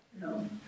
No